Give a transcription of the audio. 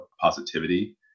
positivity